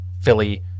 Philly